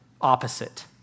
opposite